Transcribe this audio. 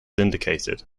indicated